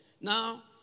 Now